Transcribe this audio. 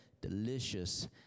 delicious